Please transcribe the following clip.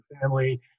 family